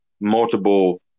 multiple –